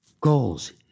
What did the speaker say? goals